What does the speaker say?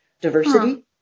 diversity